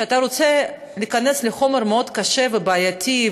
כשאתה רוצה להיכנס לחומר מאוד קשה ובעייתי,